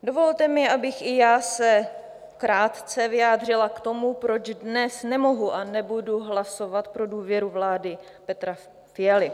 Dovolte mi, abych se i já krátce vyjádřila k tomu, proč dnes nemohu a nebudu hlasovat pro důvěru vládě Petra Fialy.